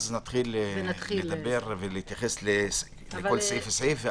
נתחיל לדבר ולהתייחס לכל סעיף וסעיף,